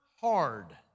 hard